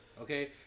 Okay